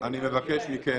אני מבקש מכם